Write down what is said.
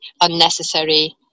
unnecessary